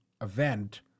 event